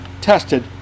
tested